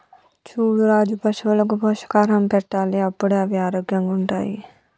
చూడు రాజు పశువులకు పోషకాహారం పెట్టాలి అప్పుడే అవి ఆరోగ్యంగా ఉంటాయి